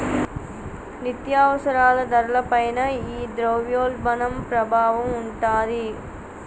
నిత్యావసరాల ధరల పైన ఈ ద్రవ్యోల్బణం ప్రభావం ఉంటాది